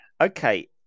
Okay